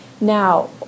Now